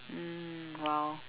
mm !wow!